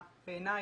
בעיניי,